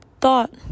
thought